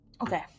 Okay